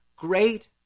Great